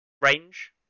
range